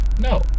No